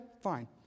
Fine